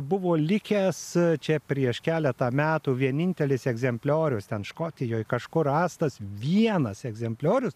buvo likęs čia prieš keletą metų vienintelis egzempliorius ten škotijoj kažkur rastas vienas egzempliorius